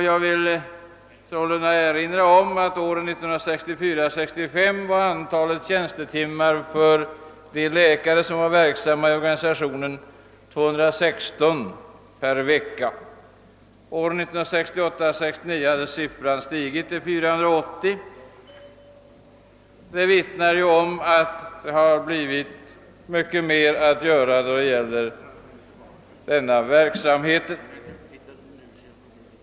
Jag vill sålunda erinra om att åren 1964—1965 var antalet tjänstetimmar för de läkare som var verksamma i organisationen 216 per vecka. Åren 1968—1969 hade siffran stigit till 480. Det vittnar om att det blivit mycket mer att göra då det gäller denna verksamhet.